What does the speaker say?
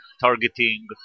targeting